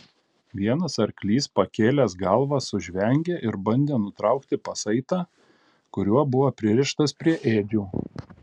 vienas arklys pakėlęs galvą sužvengė ir bandė nutraukti pasaitą kuriuo buvo pririštas prie ėdžių